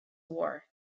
war